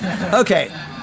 Okay